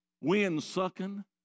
wind-sucking